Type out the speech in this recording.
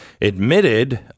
admitted